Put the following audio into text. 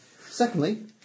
secondly